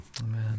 Amen